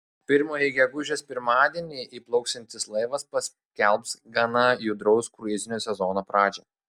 pirmąjį gegužės pirmadienį įplauksiantis laivas paskelbs gana judraus kruizinio sezono pradžią